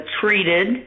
treated